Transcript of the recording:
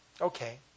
okay